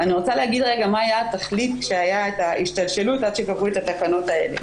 אני רוצה להגיד מה הייתה התכלית וההשתלשלות עד שקבעו את התקנות האלה.